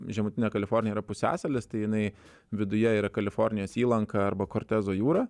žemutinė kalifornija yra pusiasalis tai jinai viduje yra kalifornijos įlanką arba kortezo jūra